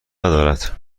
ندارد